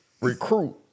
Recruit